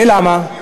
ולמה?